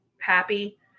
happy